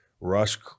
Rush